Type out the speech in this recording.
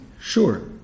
Sure